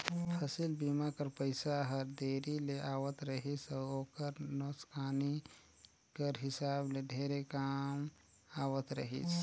फसिल बीमा कर पइसा हर देरी ले आवत रहिस अउ ओकर नोसकानी कर हिसाब ले ढेरे कम आवत रहिस